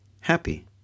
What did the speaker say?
happy